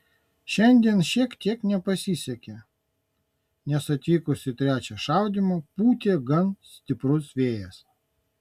šiandien šiek tiek nepasisekė nes atvykus į trečią šaudymą pūtė gana stiprus vėjas